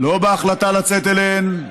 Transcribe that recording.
לא בהחלטה לצאת אליהן,